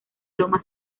loma